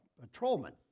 patrolman